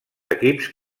equips